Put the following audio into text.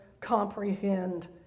comprehend